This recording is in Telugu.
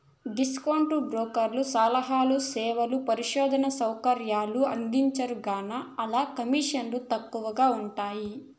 డిస్కౌంటు బ్రోకర్లు సలహాలు, సేవలు, పరిశోధనా సౌకర్యాలు అందించరుగాన, ఆల్ల కమీసన్లు తక్కవగా ఉంటయ్యి